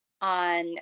on